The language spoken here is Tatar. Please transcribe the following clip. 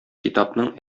китапның